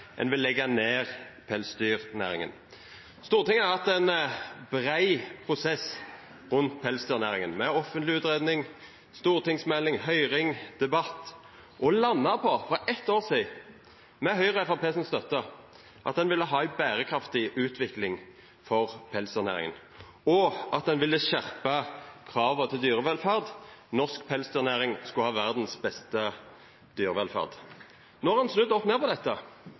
ein vil leggja ned pelsdyrnæringa. Stortinget har hatt ein brei prosess rundt pelsdyrnæringa, med offentleg utgreiing, stortingsmelding, høyring og debatt, og landa for eitt år sidan på, – med støtte frå Høgre og Framstegspartiet – at ein ville ha ei berekraftig utvikling for pelsdyrnæringa, og at ein ville skjerpa krava til dyrevelferd. Norsk pelsdyrnæring skulle ha verdas beste dyrevelferd. No har ein snudd opp ned på dette.